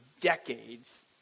decades